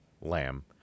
lamb